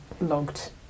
logged